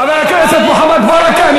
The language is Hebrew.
חבר הכנסת מוחמד ברכה.